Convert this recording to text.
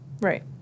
Right